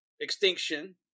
extinction